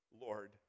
Lord